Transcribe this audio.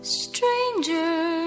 stranger